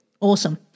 Awesome